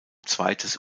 zweites